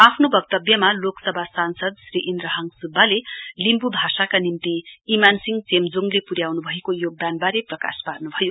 आफ्नो वक्तव्यमा लोकसभा सांसाद श्री इन्द्रहाङ सुब्बाले लिम्ब् भाषाका निम्ति इमानसिंह चेम्जोङले पु ्याउनु भएको योगदानबारे प्रकाश पार्नु भयो